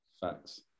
Facts